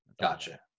Gotcha